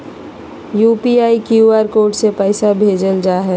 UPI, QR code से पैसा भेजल जा हइ